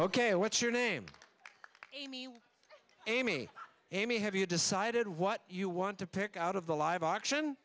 ok what's your name amy amy amy have you decided what you want to pick out of the live auction